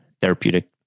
Therapeutic